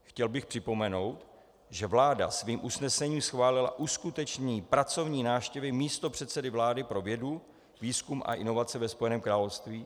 Chtěl bych připomenout, že vláda svým usnesením schválila uskutečnění pracovní návštěvy místopředsedy vlády pro vědu, výzkum a inovace ve Spojeném království.